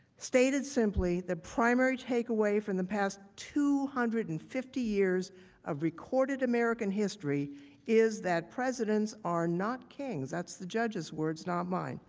stated simply, the primary take away from the past two hundred and fifty years of recorded american history is that presidents are not king, that's the judge's words, not mine.